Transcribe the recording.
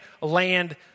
land